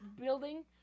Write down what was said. building